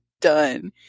done